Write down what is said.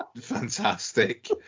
fantastic